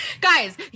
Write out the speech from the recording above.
guys